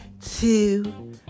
two